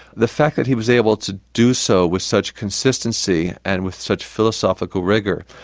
the fact that he was able to do so with such consistency and with such philosophical rigour,